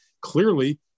Clearly